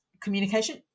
communication